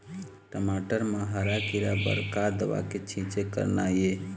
टमाटर म हरा किरा बर का दवा के छींचे करना ये?